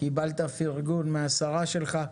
אוה, קיבלת פרגון מהשרה שלך.